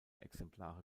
exemplare